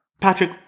Patrick